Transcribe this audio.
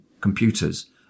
computers